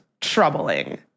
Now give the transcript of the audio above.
troubling